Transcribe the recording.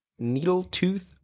Needletooth